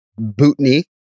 Bootney